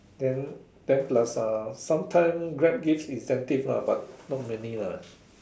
then then plus uh sometime Grab give incentive lah but not many lah